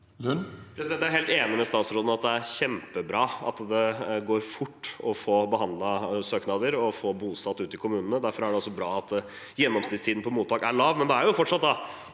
Jeg er helt enig med statsråden i at det er kjempebra at det går fort å få behandlet søknader og få bosatt ute i kommunene. Derfor er det også bra at gjennomsnittstiden på mottak er lav. Samtidig er det over 300